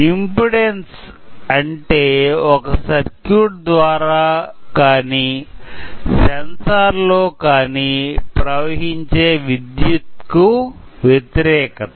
impedance అంటే ఒక circuit ద్వారా కానీ సెన్సెర్ లో కానీ ప్రవహించే విద్యుత్ కు వ్యతిరేకత